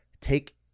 take